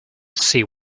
see